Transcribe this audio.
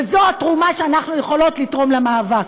וזו התרומה שאנחנו יכולות לתרום למאבק.